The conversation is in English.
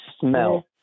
smell